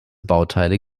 bauteile